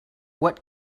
what